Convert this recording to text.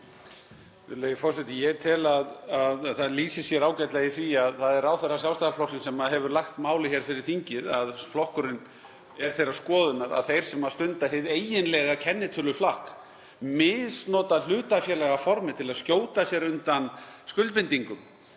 Virðulegi forseti. Ég tel að það lýsi sér ágætlega í því að það er ráðherra Sjálfstæðisflokksins sem hefur lagt málið fyrir þingið, að flokkurinn er þeirrar skoðunar að þeir sem stunda hið eiginlega kennitöluflakk, misnota hlutafélagaformið til að skjóta sér undan skuldbindingum,